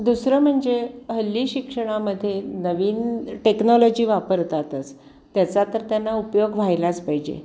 दुसरं म्हणजे हल्ली शिक्षणामध्ये नवीन टेक्नॉलॉजी वापरतातच त्याचा तर त्यांना उपयोग व्हायलाच पाहिजे